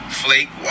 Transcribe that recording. flake